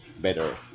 better